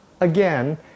again